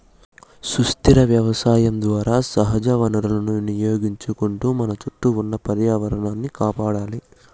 సుస్థిర వ్యవసాయం ద్వారా సహజ వనరులను వినియోగించుకుంటూ మన చుట్టూ ఉన్న పర్యావరణాన్ని కాపాడాలి